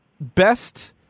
Best